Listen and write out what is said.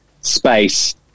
space